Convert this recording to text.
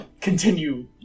continue